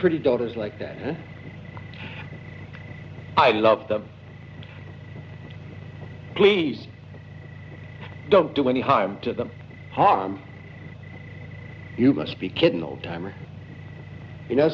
pretty daughters like that i love them please don't do any harm to them harm you must be kidding old timer you know